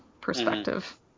perspective